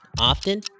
often